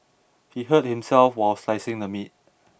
he hurt himself while slicing the meat